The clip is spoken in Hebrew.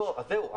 זהו,